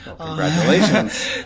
Congratulations